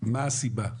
מה היא הסיבה?